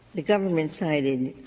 the government cited